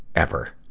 ever!